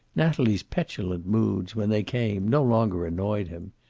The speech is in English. natalie's petulant moods, when they came, no longer annoyed him.